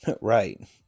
Right